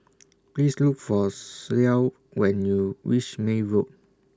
Please Look For Clell when YOU REACH May Road